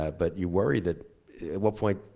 ah but you worry that at what point,